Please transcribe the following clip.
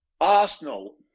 Arsenal